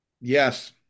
Yes